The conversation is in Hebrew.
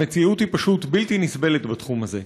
המציאות היא פשוט בלתי נסבלת בתחום הזה.